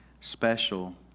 special